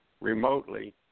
remotely